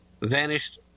vanished